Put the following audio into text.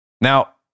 Now